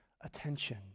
attention